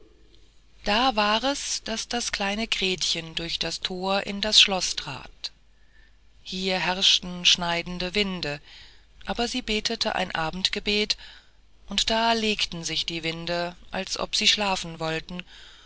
da war es daß das kleine gretchen durch das thor in das schloß trat hier herrschten schneidende winde aber sie betete ein abendgebet und da legten sich die winde als ob sie schlafen wollten